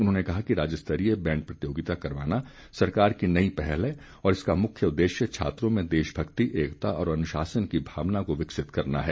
उन्होंने कहा कि राज्य स्तरीय बैंड प्रतियोगिता करवाना सरकार की नई पहल है और इसका मुख्य उद्देश्य छात्रों में देश भक्ति एकता और अनुशासन की भावना को विकसित करना है